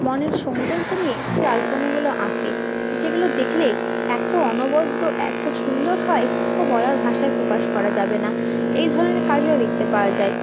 মনের সৌন্দর্য নিয়ে সে আলপনাগুলো আঁকে যেগুলো দেখলে এতো অনবদ্য এতো সুন্দর হয় যা বলার ভাষায় প্রকাশ করা যাবে না এই ধরনের কাজগুলো দেখতে পাওয়া যায়